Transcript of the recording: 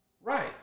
Right